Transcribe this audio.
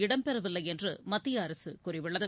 இடம்பெறவில்லையென்று மத்திய அரசு கூறியுள்ளது